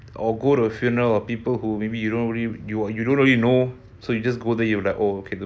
of people who maybe you don't really know so you just go there and you're like okay